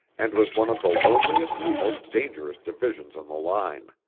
and was one of the loneliest and most dangerous divisions on the line.